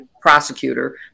prosecutor